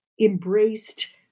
embraced